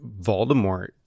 Voldemort